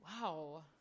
Wow